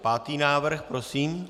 Pátý návrh prosím?